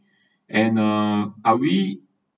and uh are we